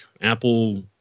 Apple